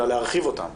אלא להרחיב אותם.